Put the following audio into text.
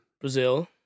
Brazil